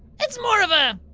it's more of a.